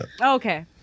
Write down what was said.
Okay